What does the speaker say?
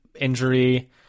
injury